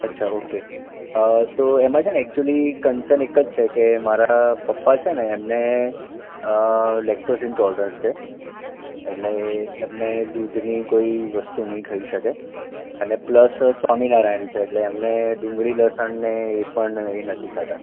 અચ્છા ઓકે તો એમાં છે ને એચયુલી કન્સર્ન એક જ છે કે મારા પપ્પા છે ને એમને લેકટોસીસઓર્ડન છે એટલે એમને દૂધની કોઈ વસ્તુ નહીં ખાઈ શકે અને પ્લસ સ્વામિનારાયણ છે તો એમને ડુંગળી લસણને એ પણ એ નથી ખાતા